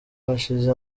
hashize